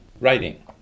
writing